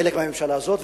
חלק מהממשלה הזאת,